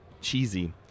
cheesy